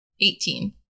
Eighteen